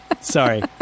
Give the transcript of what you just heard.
Sorry